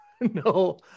no